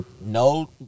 no